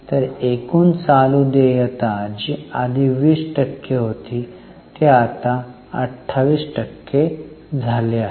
तर एकूण चालू देयता जी आधी 20 टक्के होती आता ते 28 टक्के झाल्या आहेत